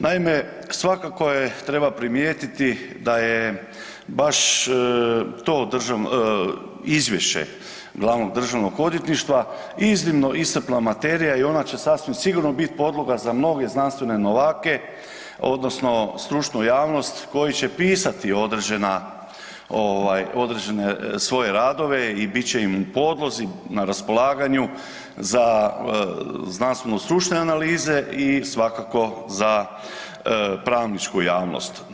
Naime, svakako je, treba primijetiti da je baš to izvješće Glavnog državnog odvjetništva iznimno iscrpna materija i ona će sasvim sigurno biti podloga za mnoge znanstvene novake odnosno stručnu javnost koji će pisati određene svoje radove i bit će im u podlozi, na raspolaganju za znanstveno-stručne analize i svakako za pravničku javnost.